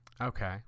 Okay